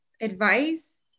advice